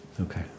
Okay